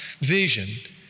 vision